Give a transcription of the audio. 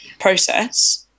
process